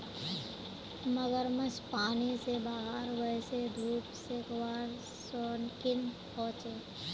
मगरमच्छ पानी से बाहर वोसे धुप सेकवार शौक़ीन होचे